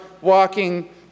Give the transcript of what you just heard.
walking